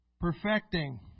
Perfecting